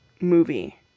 movie